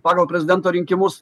pagal prezidento rinkimus